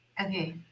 okay